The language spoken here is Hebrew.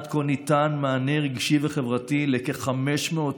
עד כה ניתן מענה רגשי וחברתי לכ-500,000